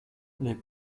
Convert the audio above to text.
les